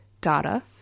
data